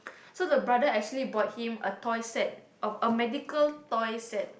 so the brother actually bought him a toy set of a magical toy set